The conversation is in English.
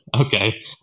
Okay